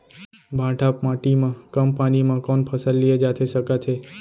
भांठा माटी मा कम पानी मा कौन फसल लिए जाथे सकत हे?